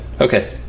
Okay